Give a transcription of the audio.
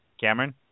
Cameron